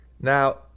Now